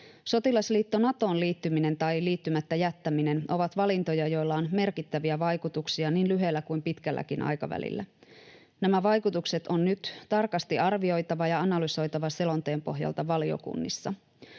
Sotilasliitto Natoon liittyminen tai liittymättä jättäminen ovat valintoja, joilla on merkittäviä vaikutuksia niin lyhyellä kuin pitkälläkin aikavälillä. Nämä vaikutukset on nyt tarkasti arvioitava ja analysoitava selonteon pohjalta valiokunnissa.